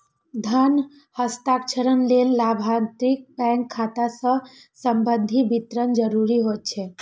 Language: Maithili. धन हस्तांतरण लेल लाभार्थीक बैंक खाता सं संबंधी विवरण जरूरी होइ छै